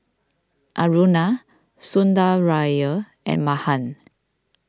Aruna Sundaraiah and Mahan